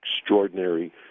extraordinary